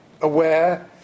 aware